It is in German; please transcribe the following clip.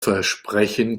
versprechen